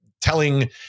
telling